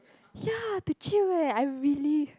ya the chill eh I really